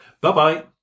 Bye-bye